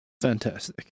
Fantastic